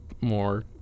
more